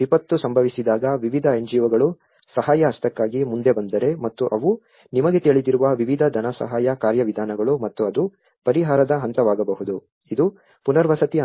ವಿಪತ್ತು ಸಂಭವಿಸಿದಾಗ ವಿವಿಧ NGO ಗಳು ಸಹಾಯ ಹಸ್ತಕ್ಕಾಗಿ ಮುಂದೆ ಬಂದರೆ ಮತ್ತು ಅವು ನಿಮಗೆ ತಿಳಿದಿರುವ ವಿವಿಧ ಧನಸಹಾಯ ಕಾರ್ಯವಿಧಾನಗಳು ಮತ್ತು ಅದು ಪರಿಹಾರದ ಹಂತವಾಗಬಹುದು ಇದು ಪುನರ್ವಸತಿ